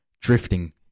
drifting